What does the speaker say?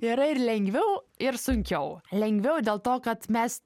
yra ir lengviau ir sunkiau lengviau dėl to kad mes